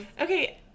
Okay